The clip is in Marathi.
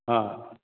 हां